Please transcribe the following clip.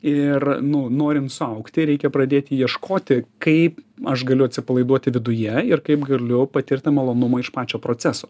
ir nu norint suaugti reikia pradėti ieškoti kaip aš galiu atsipalaiduoti viduje ir kaip galiu patirtą malonumą iš pačio proceso